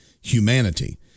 humanity